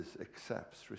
accepts